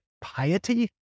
piety